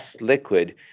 liquid